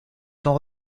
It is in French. sont